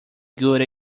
good